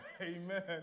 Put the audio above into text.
Amen